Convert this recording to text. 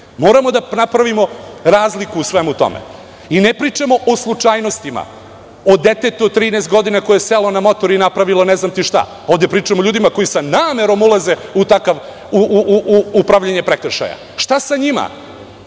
Moramo da napravimo razliku u svemu tome. Ne pričamo o slučajnosti, o detetu od 13 godina koje je selo na motor i napravilo ne znam ti šta. Ovde pričamo o ljudima koji sa namerom ulaze u pravljenje prekršaja, Šta sa njima?